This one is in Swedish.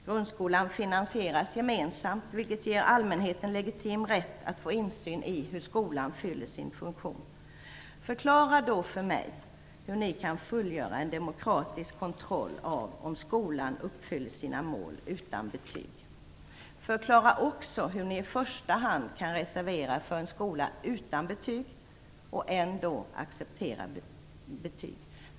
Grundskolan finansieras gemensamt, vilket ger allmänheten legitim rätt att få insyn i hur skolan fyller sin funktion. Förklara då för mig hur ni kan fullgöra en demokratisk kontroll av om skolan uppfyller sina mål utan betyg! Förklara också hur ni i första hand kan reservera er för en skola utan betyg och ändå acceptera betyg.